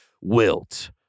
Wilt